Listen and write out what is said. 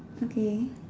okay